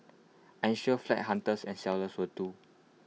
I am sure flat hunters and sellers will too